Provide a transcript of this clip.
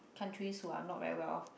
countries who are not very well off